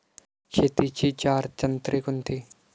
शेतीची चार तंत्रे कोणती?